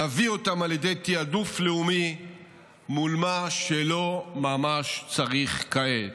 נביא אותם על ידי תיעדוף לאומי מול מה שלא ממש צריך כעת: